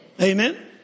Amen